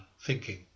thinking